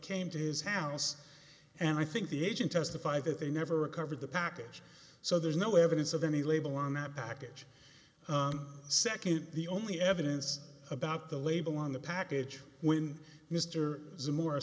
came to his house and i think the agent testified that they never recovered the package so there's no evidence of any label on our package second the only evidence about the label on the package when mr